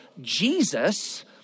Jesus